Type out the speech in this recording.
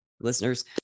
listeners